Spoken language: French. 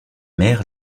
mère